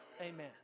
Amen